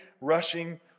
rushing